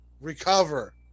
recover